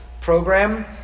program